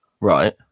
Right